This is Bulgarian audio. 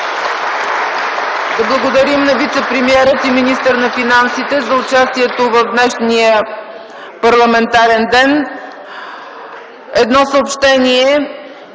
Да благодарим на вицепремиера и министър на финансите за участието в днешния парламентарен ден. Едно съобщение: